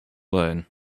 learn